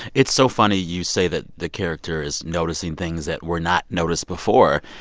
it's so funny you say that the character is noticing things that were not noticed before.